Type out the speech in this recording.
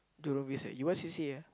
Jurong-Ville-Sec you what C_C_A ah